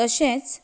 तशेंच